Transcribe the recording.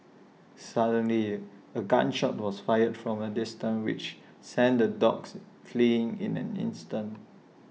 suddenly A gun shot was fired from A distance which sent the dogs fleeing in an instant